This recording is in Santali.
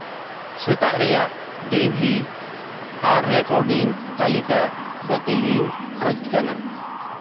ᱥᱮᱛᱟᱜ ᱨᱮᱭᱟᱜ ᱰᱤ ᱵᱷᱤ ᱟᱨ ᱨᱮᱠᱚᱰᱤᱝ ᱛᱟᱞᱤᱠᱟ ᱵᱟᱹᱛᱤᱞᱤᱧ ᱠᱷᱚᱡᱽ ᱠᱟᱱᱟ